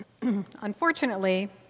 Unfortunately